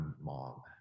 mom